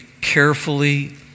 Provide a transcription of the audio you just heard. carefully